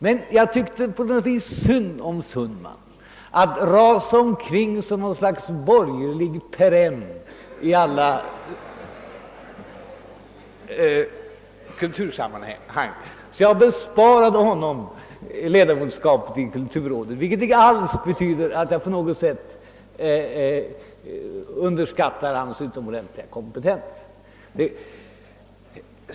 Men jag tyckte på något vis synd om herr Sundman, om han skulle behöva rasa omkring som något slags borgerlig perenn i alla kulturella samman hang, så jag besparade honom ledamotskapet i kulturrådet, vilket icke alls betyder att jag på något sätt underskattar hans utomordentliga kompetens.